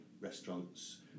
restaurants